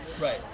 right